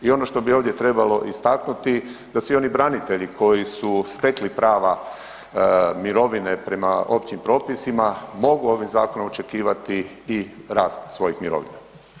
I ono što bi ovdje trebalo istaknuti da svi oni branitelji koji su stekli prava mirovine prema općim propisima mogu ovim zakonom očekivati i rast svojih mirovina.